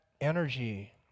energy